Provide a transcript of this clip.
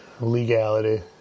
legality